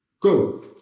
Go